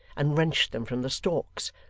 and wrenched them from the stalks,